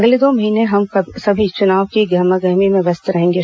अगले दो महीने हम सभी चुनाव की गहमा गहमी व्यस्त रहेंगे